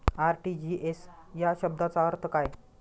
RTGS या शब्दाचा अर्थ काय?